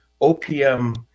OPM